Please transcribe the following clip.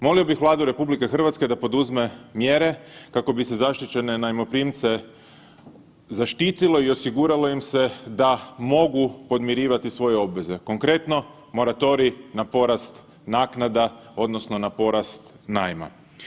Molimo bih Vladu RH da poduzme mjere kako bi se zaštićene najmoprimce zaštitilo i osiguralo im se da mogu podmirivati svoje obveze, konkretno moratorij na porast naknada odnosno na porast najma.